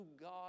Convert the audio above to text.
God